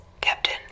Captain